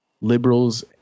liberals